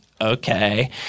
okay